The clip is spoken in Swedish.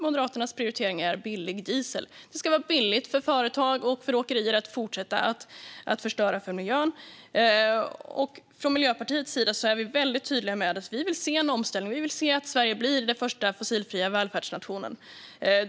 Moderaternas prioritering är billig diesel. Det ska vara billigt för företag och för åkerier att fortsätta förstöra miljön. Från Miljöpartiets sida är vi mycket tydliga med att vi vill se en omställning. Vi vill se att Sverige blir den första fossilfria välfärdsnationen.